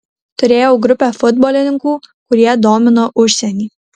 turėjau grupę futbolininkų kurie domino užsienį